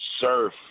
Surf